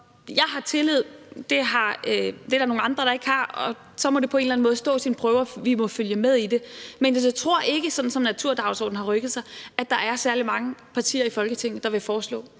Jeg har tillid; det er der nogle andre der ikke har. Så må det på en eller anden måde stå sin prøve, og vi må følge med i det. Men jeg tror ikke, sådan som naturdagsordenen har rykket sig, at der er særlig mange partier i Folketinget, der vil foreslå,